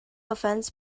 offense